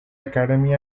academy